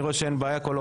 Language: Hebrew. אני רואה שאין בעיה.